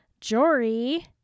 Jory